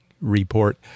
report